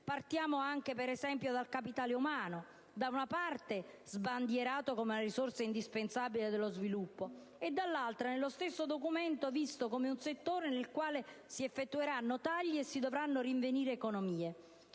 Paese. Penso, ad esempio, al capitale umano, da una parte sbandierato nel Documento come una delle risorse indispensabili per lo sviluppo e dall'altra, nello stesso Documento, visto come un settore nel quale si effettueranno tagli e si dovranno rinvenire economie.